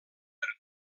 per